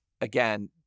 again